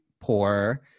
poor